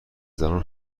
زنان